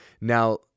Now